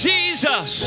Jesus